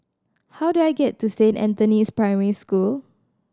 how do I get to Saint Anthony's Primary School